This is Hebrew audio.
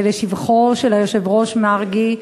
ולשבחו של היושב-ראש מרגי,